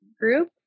group